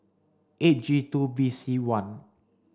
eight G two B C one